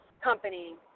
company